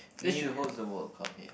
they should host the World Cup here